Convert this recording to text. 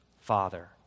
Father